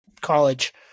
College